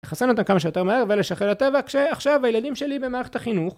לחסן אותם כמה שיותר מהר ולשחרר לטבע כשעכשיו הילדים שלי במערכת החינוך